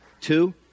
Two